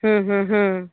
ହୁଁ ହୁଁ ହୁଁ